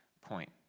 point